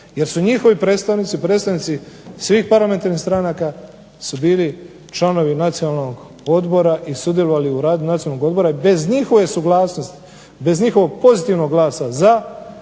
Jer su njihovi predstavnici, predstavnici svih parlamentarnih stranaka su bili članovi Nacionalnog odbora i sudjelovali u radu Nacionalnog odbora. Bez njihove suglasnosti, bez njihovog pozitivnog glasa za